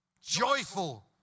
joyful